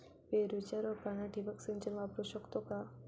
पेरूच्या रोपांना ठिबक सिंचन वापरू शकतो का?